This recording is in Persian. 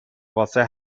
واسه